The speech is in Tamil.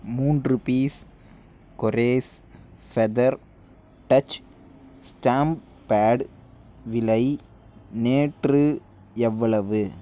மூன்று பீஸ் கோரேஸ் ஃபெதர் டச் ஸ்டாம்ப் பேட் விலை நேற்று எவ்வளவு